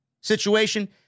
situation